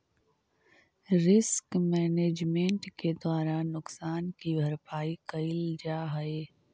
risk management के द्वारा नुकसान की भरपाई करल जा हई